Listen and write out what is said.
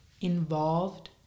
involved